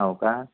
हो का